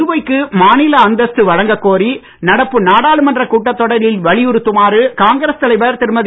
புதுவைக்கு மாநில அந்தஸ்து வழங்கக் கோரி நடப்பு நாடாளுமன்றக் கூட்டத் தொடரில் வலியுறுத்துமாறு காங்கிரஸ் தலைவர் திருமதி